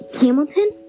Hamilton